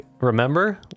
remember